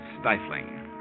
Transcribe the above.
stifling